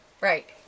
Right